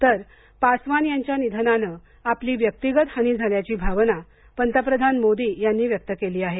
तर पासवान यांच्या निधनाने आपली व्यक्तिगत हानी झाल्याची भावना पंतप्रधान मोदी यांनी व्यक्त केली आहे